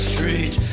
Street